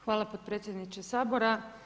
Hvala potpredsjedniče Sabora.